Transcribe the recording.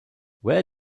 where